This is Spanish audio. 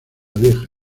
deja